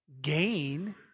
gain